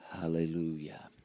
Hallelujah